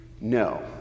No